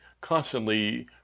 constantly